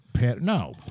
No